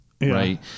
Right